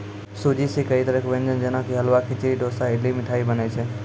सूजी सॅ कई तरह के व्यंजन जेना कि हलवा, खिचड़ी, डोसा, इडली, मिठाई बनै छै